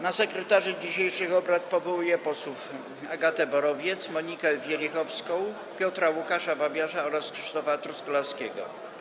Na sekretarzy dzisiejszych obrad powołuję posłów Agatę Borowiec, Monikę Wielichowską, Piotra Łukasza Babiarza oraz Krzysztofa Truskolaskiego.